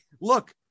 look